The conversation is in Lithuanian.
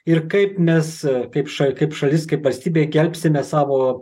ir kaip mes kaip ša kaip šalis kaip valstybė galbstime savo